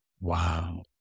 Wow